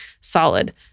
solid